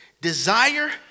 desire